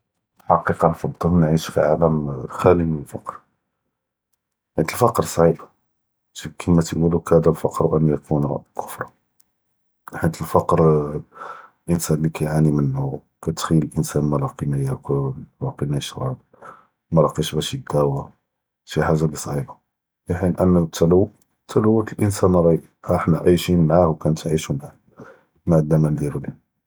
פַּאלְחַקִיקָה נַפְדֶּל נְעִיש פַּעָאלֶם חָ'אלִי מִן אֶלְ-פַקְר, חִית אֶלְ-פַקְר צָעִיב, כִּימָא תָאיְקוּלוּ "כָּאד אֶלְ-פַקְר אַנְ יָכוּן כֻּפְרָן", חִית אֶלְ-פַקְר אֶלְ-אִנְסָאן לִי כָּאיְעָאנִי מִנּוּ, כָּאתְתְחַיֶיל אֶלְ-אִנְסָאן מָא לָאקִי מָא יָאכּוּל, מָא לָאקִי מָא יִשְרַב, מָא לָאקִיש בָּאש יִדַאוָוא, שִי חָאגָ'ה לִי צָעִיבָה, פִי חִין אַנָּא אֶתֶ-תָלוּוּת, אֶתֶ-תָלוּוּת רָאה אֶלְ-אִנְסָאן רָאה חְנָא עָאיְשִין מְעָאה וְכָּאנְתְעָאיְשוּ מְעָאה.